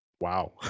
Wow